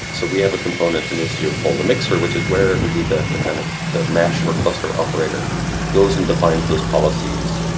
so we have a component in istio called a mixer which is where really the the kind of the mesh or cluster operator goes and defines those policies,